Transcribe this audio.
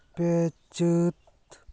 ᱯᱮ ᱪᱟᱹᱛ